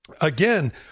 again